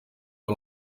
ari